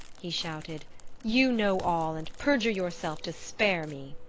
he shouted you know all and perjure yourself to spare me!